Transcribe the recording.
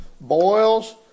boils